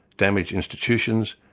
damage institutions,